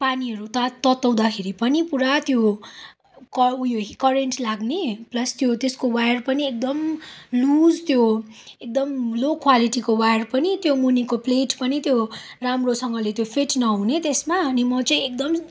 पानीहरू तात तताउँदाखेरि पनि पुरा त्यो क ऊ यो करेन्ट लाग्ने प्लस त्यो त्सको वायर पनि एकदम लुज त्यो एकदम लो क्वालिटीको वायर पनि त्यो मुनिको प्लेट पनि त्यो राम्रोसँगले त्यो फिट नहुने त्यसमा अनि म चाहिँ एकदम